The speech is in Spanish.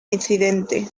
incidente